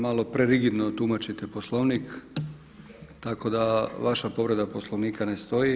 Malo prerigidno tumačite Poslovnik, tako da vaša povreda Poslovnika ne stoji.